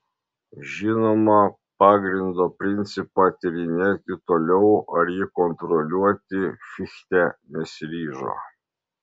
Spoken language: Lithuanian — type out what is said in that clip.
žinoma pagrindo principą tyrinėti toliau ar jį kontroliuoti fichte nesiryžo